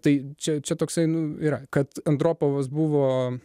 tai čia čia toksai nu yra kad andropovas buvo